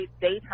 daytime